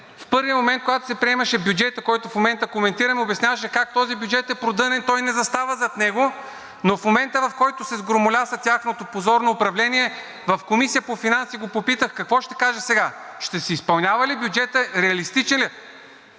в първия момент, когато се приемаше бюджетът, който в момента коментираме, обясняваше как този бюджет е продънен и той не застава зад него. Но в момента, в който се сгромоляса тяхното позорно управление, в Комисията по финанси го попитах какво ще каже сега: ще си изпълнява ли бюджета, реалистичен ли е?